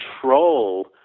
control